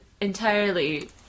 entirely